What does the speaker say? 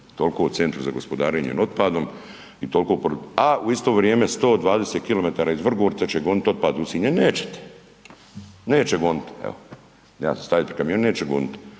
Toliko o centru za gospodarenje otpadom, a u isto vrijeme 120 km iz Vrgorca će goniti otpad u Sinj. E nećete. Nećete. Evo, ja sam stao pred kamion, neće goniti.